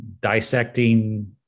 dissecting